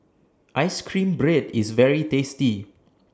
Ice Cream Bread IS very tasty